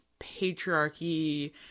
patriarchy